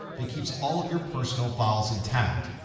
but keeps all of your personal files intact.